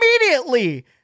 immediately